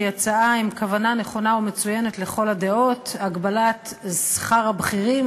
שהיא הצעה עם כוונה נכונה ומצוינת לכל הדעות: הגבלת שכר הבכירים,